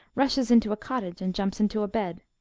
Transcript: rashes into a cottage and jumps into a bed.